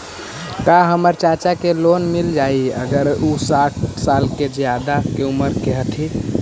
का हमर चाचा के लोन मिल जाई अगर उ साठ साल से ज्यादा के उमर के हथी?